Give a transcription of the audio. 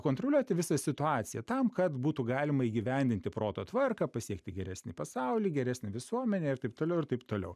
kontroliuoti visą situaciją tam kad būtų galima įgyvendinti proto tvarką pasiekti geresnį pasaulį geresnę visuomenę ir taip toliau ir taip toliau